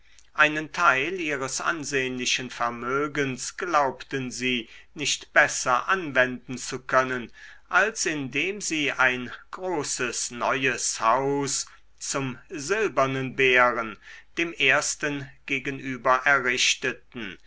einen teil ihres ansehnlichen vermögens glaubten sie nicht besser anwenden zu können als indem sie ein großes neues haus zum silbernen bären dem ersten gegenüber errichteten